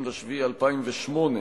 30 ביולי 2008,